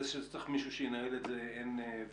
על זה שצריך מישהו שינהל את זה אין ויכוח.